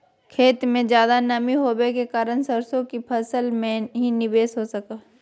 खेत में ज्यादा नमी होबे के कारण सरसों की फसल में की निवेस हो सको हय?